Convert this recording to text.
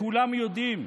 כולם יודעים.